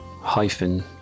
hyphen